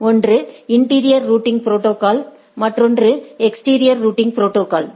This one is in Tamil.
ஒன்று இண்டிறியர் ரூட்டிங் ப்ரோடோகால்ஸ் மற்றொன்று எக்ஸ்டிரியர் ரூட்டிங் ப்ரோடோகால்ஸ்